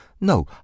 No